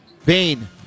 Vane